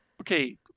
okay